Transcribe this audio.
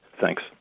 Thanks